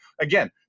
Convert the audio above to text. again